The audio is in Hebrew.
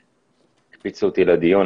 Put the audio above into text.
יהודים,